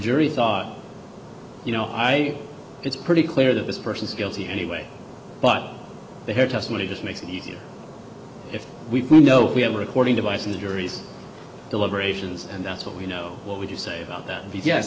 jury thought you know i it's pretty clear that this person is guilty anyway but their testimony just makes it easier if we know we have a recording device in the jury's deliberations and that's what we know what would you say about that ye